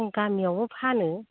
आं गामियावबो फानो